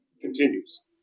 continues